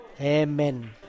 Amen